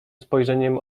spojrzeniem